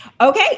Okay